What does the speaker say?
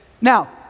now